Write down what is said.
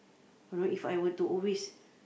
or if I were to always